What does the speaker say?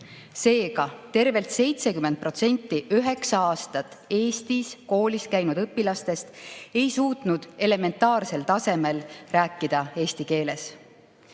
Seega, tervelt 70% üheksa aastat Eestis koolis käinud õpilastest ei suutnud elementaarsel tasemel rääkida eesti keeles.